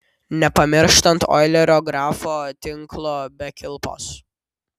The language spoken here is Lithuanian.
nepamirštant oilerio grafo tinklo be kilpos